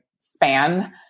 span